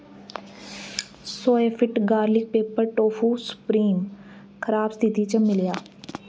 soya fit garlic pepper tofu supreme खराब स्थिति च मिलेआ